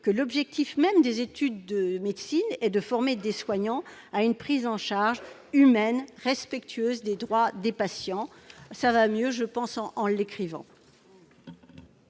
que l'objectif même des études de médecine est de former des soignants à une prise en charge humaine et respectueuse des droits des patients. Cela va mieux en l'écrivant